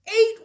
Eight